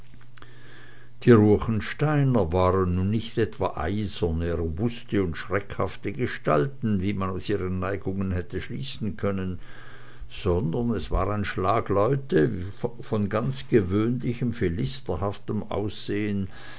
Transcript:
die ruechensteiner waren nun nicht etwa eiserne robuste und schreckhafte gestalten wie man aus ihren neigungen hätte schließen können sondern es war ein schlag leute von ganz gewöhnlichem philisterhaftem aussehen